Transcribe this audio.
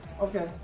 Okay